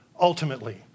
ultimately